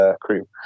crew